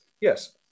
Yes